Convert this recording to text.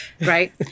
right